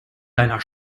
deiner